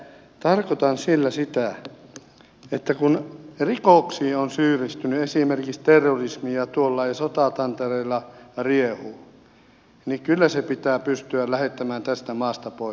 tarkoitan sillä sitä että kun rikoksiin on syyllistynyt esimerkiksi terrorismiin ja tuolla sotatantereilla riehuu niin kyllä se pitää pystyä lähettämään tästä maasta pois